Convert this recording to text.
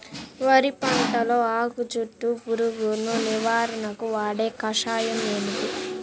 వరి పంటలో ఆకు చుట్టూ పురుగును నివారణకు వాడే కషాయం ఏమిటి?